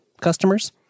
customers